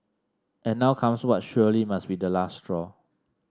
and now comes what surely must be the last straw